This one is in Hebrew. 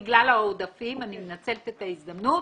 בגלל העודפים אני מנצלת את ההזדמנות